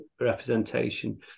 representation